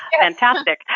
fantastic